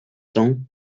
cents